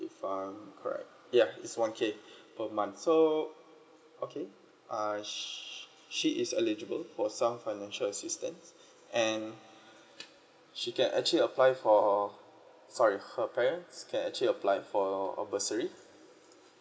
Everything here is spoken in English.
if I'm correct yup it's one K per month so okay uh sure she is eligible for some financial assistance and she can actually apply for sorry her parents can actually apply for a bursary